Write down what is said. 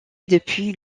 depuis